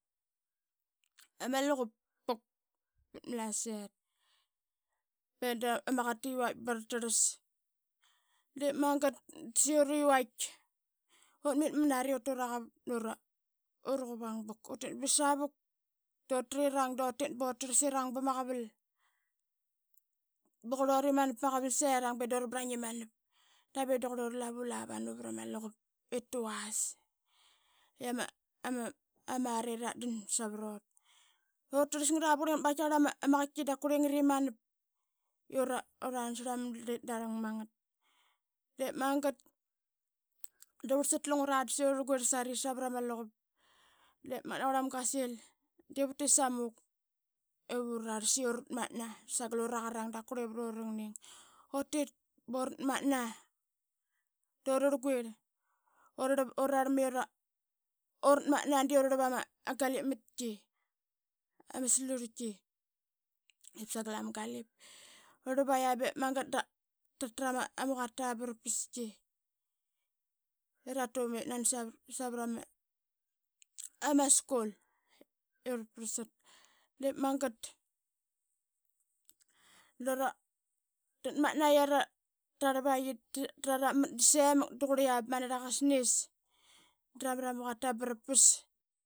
Pat ma Malasaet be dama qaqat ta vait ba rataelas. De magat disai ura qivrait, utmit mnari uturaqavap nura quvang vuk. Utit ba savak dutritang dutit ba ratarlas irang pama qaval, ba qurlut imanap bama qaval. Sirang daira brlaing imanap dave da qurlura lava lava nu vrama luqup. I tavas i ama, ama ra iratdan savrut. Utrlas ngara ba qaitkaqarl ama qaitki dap qurlingat imanap. I uran srl ama it dalang mangat be magat da vrlsat lungra da saqi ura rlquirl savra ma luqup. De magat dama ngrl mamga qa sil, divatit samu ip ura rlas i uratmatna sagal ura qarang dap kurlavat ura ngning. Utit buratmatna dura rlquirl, ura rlap ura rarlma i uratmatna, uratmatna de ura rlap ama galipmatki ama slurltki ip sagal ama galip. Ura rlap a ya bep magat da ratrama quata diip magat da ratmatna qi ira rlap da rarapmat da semak da qurlia ba ma nirlaqa qasis da namrama quata ba rapas.